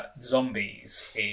zombies